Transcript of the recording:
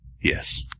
Yes